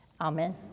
Amen